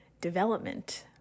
development